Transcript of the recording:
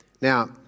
Now